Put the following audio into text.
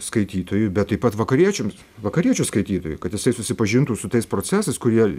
skaitytojui bet taip pat vakariečiams vakariečių skaitytojui kad jisai susipažintų su tais procesais kurie